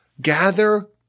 Gather